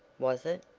was it?